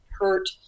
hurt